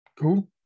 Cool